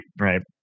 right